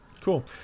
Cool